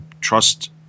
trust